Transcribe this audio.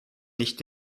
nicht